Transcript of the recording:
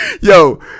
yo